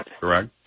Correct